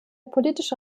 politische